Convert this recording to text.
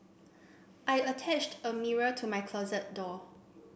I attached a mirror to my closet door